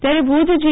ત્યારે ભુજ જી